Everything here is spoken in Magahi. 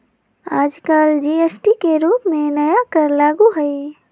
आजकल जी.एस.टी के रूप में नया कर लागू हई